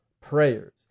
prayers